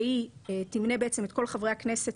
שהיא תמנה בעצם את כל חברי הכנסת,